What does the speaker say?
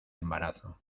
embarazo